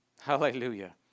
Hallelujah